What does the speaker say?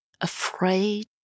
afraid